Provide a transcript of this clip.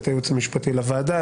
את הייעוץ המשפטי לוועדה,